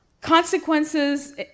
Consequences